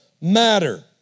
matter